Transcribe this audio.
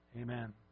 Amen